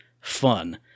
fun